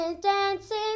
dancing